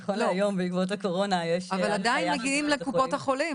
נכון להיום בעקבות הקורונה --- אבל עדיין מגיעים לקופות החולים,